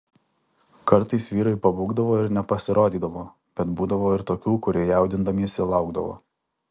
kartais vyrai pabūgdavo ir nepasirodydavo bet būdavo ir tokių kurie jaudindamiesi laukdavo